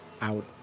out